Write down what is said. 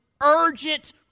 urgent